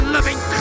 Living